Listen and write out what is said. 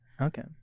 Okay